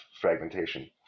fragmentation